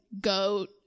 goat